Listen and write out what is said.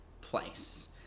place